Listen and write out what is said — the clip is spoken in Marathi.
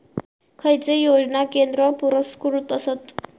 खैचे योजना केंद्र पुरस्कृत आसत?